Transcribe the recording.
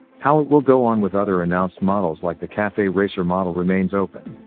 how it will go on with other announced models like the cafe racer model remains open.